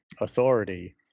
authority